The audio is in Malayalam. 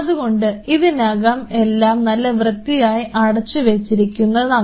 അതുകൊണ്ട് ഇതിനകം എല്ലാം നല്ല വൃത്തിയായി അടച്ചു വെച്ചിരിക്കുകയാണ്